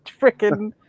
freaking